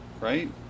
right